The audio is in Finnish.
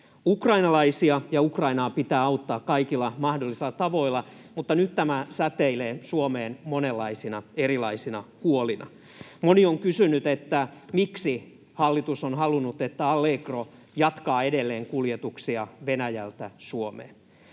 Ukrainalaisia ja Ukrainaa pitää auttaa kaikilla mahdollisilla tavoilla, mutta nyt tämä säteilee Suomeen monenlaisina erilaisina huolina. Moni on kysynyt, miksi hallitus on halunnut, että Allegro jatkaa edelleen kuljetuksia Venäjältä Suomeen.